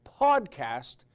PODCAST